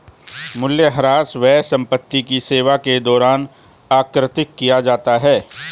मूल्यह्रास व्यय संपत्ति की सेवा के दौरान आकृति किया जाता है